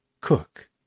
cook